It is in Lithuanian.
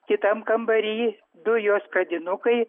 kitam kambary du jos pradinukai